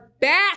back